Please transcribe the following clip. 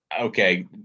okay